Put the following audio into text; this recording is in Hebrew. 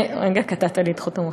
רגע, קטעת לי את חוט המחשבה.